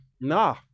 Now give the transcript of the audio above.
nah